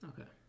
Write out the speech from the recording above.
Okay